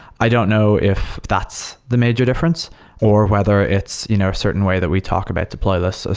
i don't know if that's the major difference or whether it's you know a certain way that we talk about deployless. ah